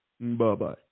Bye-bye